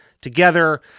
together